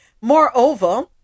Moreover